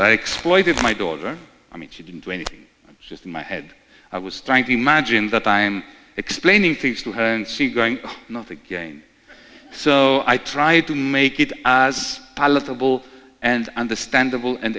i exploited my daughter i mean she didn't do anything just in my head i was trying to imagine the time explaining things to her and she going nothing again so i tried to make it as palatable and understandable and